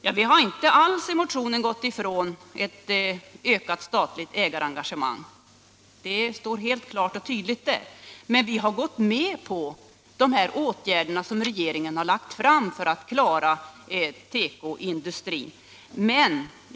Nej, vi har i motionen inte alls frångått kraven på ett ökat statligt ägarengagemang — det står klart och tydligt utsagt där — men vi har gått med på de förslag till åtgärder för att klara tekoindustrin som regeringen har lagt fram.